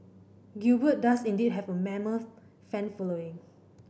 Gilbert does indeed have a mammoth fan following